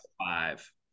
five